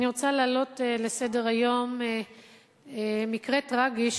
אני רוצה להעלות לסדר-היום מקרה טרגי,